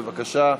בבקשה,